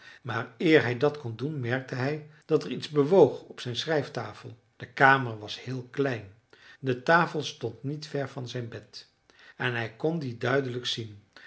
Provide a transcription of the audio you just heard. maar eer hij dat kon doen merkte hij dat er iets bewoog op zijn schrijftafel de kamer was heel klein de tafel stond niet ver van zijn bed en hij kon die duidelijk zien